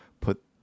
put